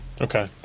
Okay